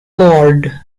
lord